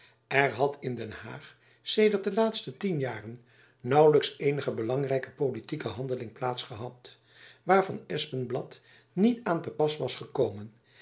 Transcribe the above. er had in den haag sedert de laatste tien jaren naauwelijks eenige belangrijke politieke handeling plaats gehad waar van espenblad niet aan te pas was gekomen